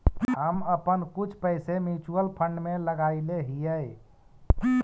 हम अपन कुछ पैसे म्यूचुअल फंड में लगायले हियई